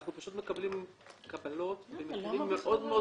אנחנו פשוט מקבלים קבלות במחירים מאוד מאוד